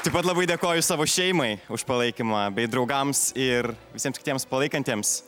taip pat labai dėkoju savo šeimai už palaikymą bei draugams ir visiems kitiems palaikantiems